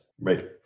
Right